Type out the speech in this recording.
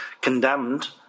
condemned